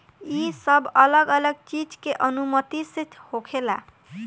ई सब अलग अलग चीज के अनुमति से होखेला